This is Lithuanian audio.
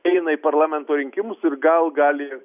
eina į parlamento rinkimus ir gal gali